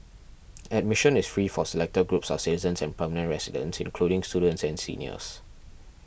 admission is free for selected groups of citizens and permanent residents including students and seniors